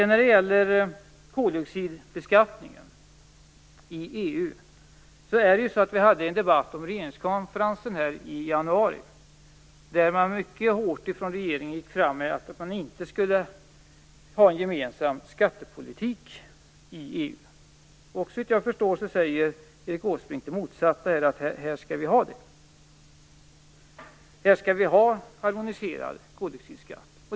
När det gäller koldioxidbeskattningen i EU hade vi i januari en debatt om regeringskonferensen där regeringen mycket hårt gick fram med att man inte skulle ha en gemensam skattepolitik i EU. Såvitt jag förstår säger Erik Åsbrink det motsatta, nämligen att vi skall ha en harmoniserad koldioxidskatt.